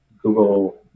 google